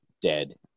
dead